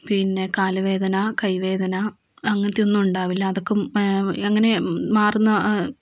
പിന്നെ കാലുവേദന കൈവേദന അങ്ങനത്തെയൊന്നും ഉണ്ടാവില്ല അതൊക്കെ അങ്ങിനേ മാറുന്ന